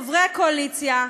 חברי הקואליציה,